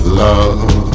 love